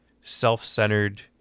self-centered